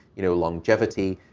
you know, longevity.